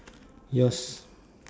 yours